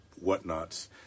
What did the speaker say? whatnots